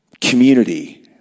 community